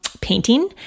painting